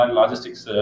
logistics